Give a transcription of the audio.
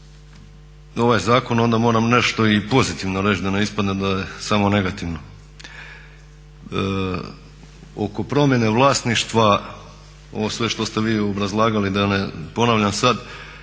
ovaj zakon onda moram nešto i pozitivno reći da ne ispadne da je samo negativno. Oko promjene vlasništva ovo sve što ste vi obrazlagali da ne ponavljam sad,